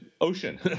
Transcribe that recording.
Ocean